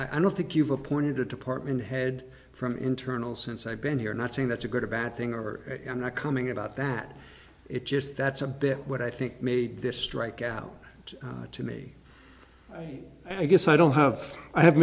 feel i don't think you've appointed a department head from internal since i've been here not saying that's a good or bad thing or and i coming about that it just that's a bit what i think made this strike out to me i guess i don't have i have